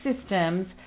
systems